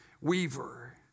weaver